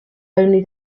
only